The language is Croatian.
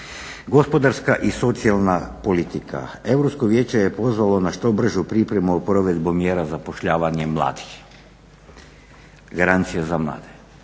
Gospodarska i socijalna politika. Europsko vijeće je pozvalo na što bržu pripremu provedbom mjera zapošljavanja mladih, garancija za mlade.